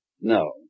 No